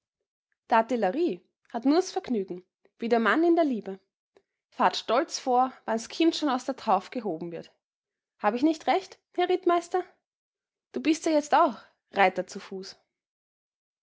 d'artillerie hat nur's vergnügen wie der mann in der liebe fahrt stolz vor wann's kind schon aus der tauf gehoben wird hab ich nicht recht herr rittmeister du bist ja jetzt auch reiter zu fuß